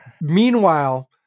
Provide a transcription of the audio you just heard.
Meanwhile